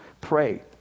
pray